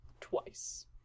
Twice